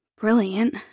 Brilliant